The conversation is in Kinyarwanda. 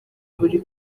buri